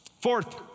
Fourth